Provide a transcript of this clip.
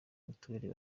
mitiweri